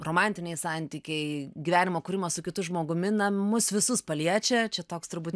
romantiniai santykiai gyvenimo kūrimas su kitu žmogumi na mus visus paliečia čia toks turbūt